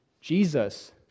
Jesus